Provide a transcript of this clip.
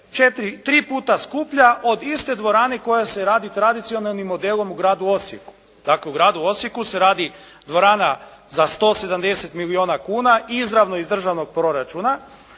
tri puta skuplja od iste dvorane koja se radi tradicionalnim modelom u gradu Osijeku. Dakle u gradu Osijeku se radi dvorana za 170 milijuna kuna izravno iz državnog proračuna,